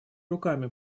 руками